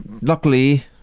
luckily